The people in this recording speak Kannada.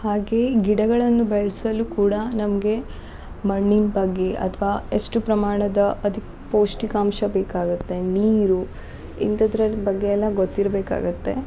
ಹಾಗೆಯೇ ಗಿಡಗಳನ್ನು ಬೆಳೆಸಲು ಕೂಡ ನಮಗೆ ಮಣ್ಣಿನ ಬಗ್ಗೆ ಅಥ್ವಾ ಎಷ್ಟು ಪ್ರಮಾಣದ ಅಧಿಕ ಪೌಷ್ಠಿಕಾಂಶ ಬೇಕಾಗುತ್ತೆ ನೀರು ಇಂಥದ್ರಲ್ಲಿ ಬಗ್ಗೆ ಎಲ್ಲ ಗೊತ್ತಿರ್ಬೇಕಾಗುತ್ತೆ